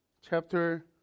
Chapter